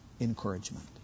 encouragement